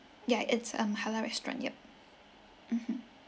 yeah it's um halal restaurant yup mmhmm